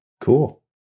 cool